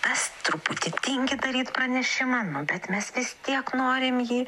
tas truputį tingi daryt pranešimą nu bet mes vis tiek norim jį